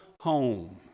home